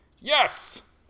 Yes